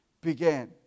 began